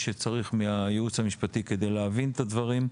שצריך מהייעוץ המשפטי כדי להבין את הדברים.